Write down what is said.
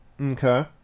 Okay